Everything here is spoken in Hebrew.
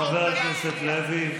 חבר הכנסת לוי,